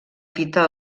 fita